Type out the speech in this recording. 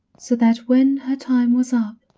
so that when her time was up,